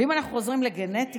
ואם אנחנו חוזרים לגנטיקה,